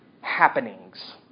happenings